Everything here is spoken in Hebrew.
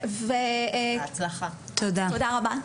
תודה רבה.